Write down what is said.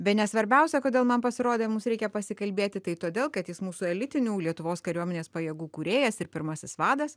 bene svarbiausia kodėl man pasirodė mums reikia pasikalbėti tai todėl kad jis mūsų elitinių lietuvos kariuomenės pajėgų kūrėjas ir pirmasis vadas